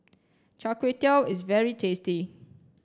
Char Kway Teow is very tasty